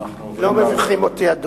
לא מביכים אותי, אדוני.